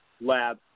Lab